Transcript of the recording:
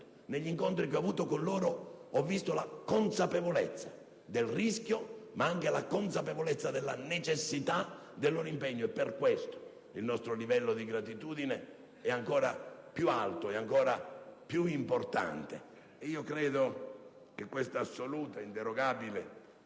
negli incontri che ho avuto con loro ho visto la consapevolezza del rischio, ma anche la consapevolezza della necessità del loro impegno. Per questo, il nostro livello di gratitudine è ancora più alto e più importante.